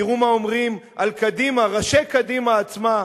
תראו מה אומרים על קדימה ראשי קדימה עצמה.